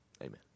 Amen